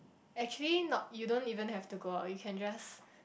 actually not you don't even have to go out you can just